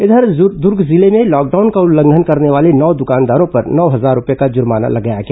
इधर दूर्ग जिले में लॉकडाउन का उल्लंघन करने वाले नौ दुकानदारों पर नौ हजार रूपए का जुर्माना लगाया गया